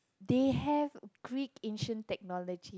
they have Greek ancient technology